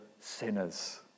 sinners